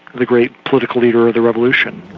the great political leader of the revolution.